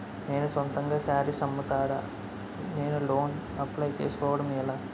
నేను సొంతంగా శారీస్ అమ్ముతాడ, నేను లోన్ అప్లయ్ చేసుకోవడం ఎలా?